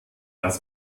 das